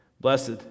Blessed